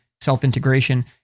self-integration